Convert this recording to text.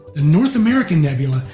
the north american nebula,